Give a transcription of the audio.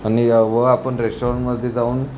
आणि या व आपण रेश्टॉरंटमध्ये जाऊन